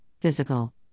physical